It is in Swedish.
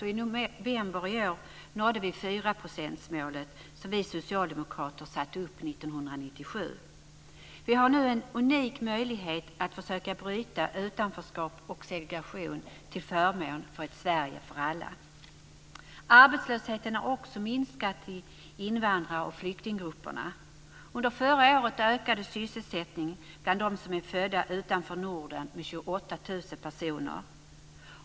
I november i år nådde vi 4 procentsmålet som vi socialdemokrater satte upp 1997. Vi har nu en unik möjlighet att försöka bryta utanförskap och segregation till förmån för ett Sverige för alla. Arbetslösheten har också minskat i invandrar och flyktinggrupperna. Under förra året ökade sysselsättningen bland dem som är födda utanför Norden med 28 000 personer.